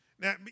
Now